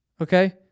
Okay